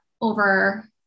over